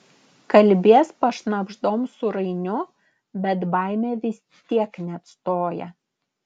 kalbies pašnabždom su rainiu bet baimė vis tiek neatstoja